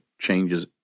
changes